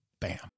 Bam